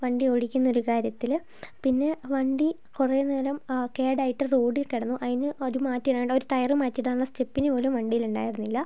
വണ്ടി ഓടിക്കുന്നൊരു കാര്യത്തില് പിന്നെ വണ്ടി കുറേനേരം കേടായിട്ട് റോഡിൽ കിടന്നു അതിന് ഒരു മാറ്റിയിടാനുള്ള ടയർ മാറ്റിയിടാനുള്ള സ്റ്റെപ്പിനിപോലും വണ്ടിയിലുണ്ടായിരുന്നില്ല